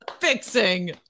fixing